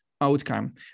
outcome